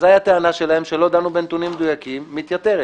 אזי הטענה שלהם שלא דנו בנתונים מדויקים מתייתרת.